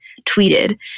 tweeted